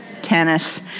tennis